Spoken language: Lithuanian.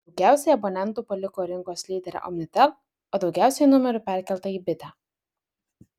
daugiausiai abonentų paliko rinkos lyderę omnitel o daugiausiai numerių perkelta į bitę